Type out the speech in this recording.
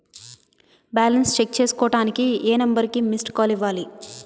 Balance check చేసుకోవటానికి ఏ number కి మిస్డ్ కాల్ ఇవ్వాలి?